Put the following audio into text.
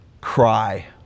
cry